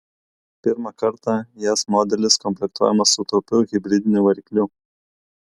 pirmą kartą is modelis komplektuojamas su taupiu hibridiniu varikliu